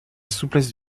souplesse